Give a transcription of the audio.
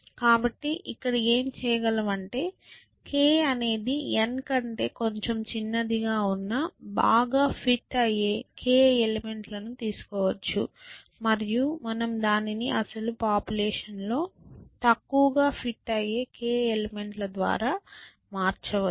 కాబట్టి ఇక్కడ ఏమి చేయగలము అంటే k అనేది n కంటే కొంచెం చిన్నదిగా ఉన్న బాగా ఫిట్ అయ్యే కే ఎలెమెంట్ లను తీసుకోవచ్చు మరియు మనం దానిని అసలు పాపులేషన్ లో తక్కువగా ఫిట్ అయ్యే k ఎలెమెంట్ ల ద్వారా మార్చవచ్చు